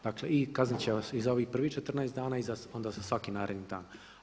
Dakle i kaznit će vas i za ovih prvih 14 dana i onda za svaki naredni dan.